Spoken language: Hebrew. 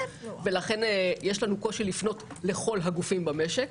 ולכן יש לנו קושי לפנות לכל הגופים במשק.